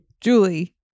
Julie